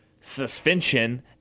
suspension